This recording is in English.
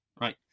Right